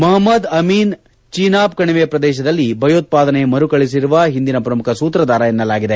ಮೊಹಮದ್ ಅಮೀನ್ ಚೀನಾಬ್ ಕಣಿವೆ ಪ್ರದೇಶದಲ್ಲಿ ಭಯೋತಾದನೆ ಮರು ಕಳಿಸಿರುವ ಹಿಂದಿನ ಪ್ರಮುಖ ಸೂತ್ರದಾರ ಎನ್ನಲಾಗಿದೆ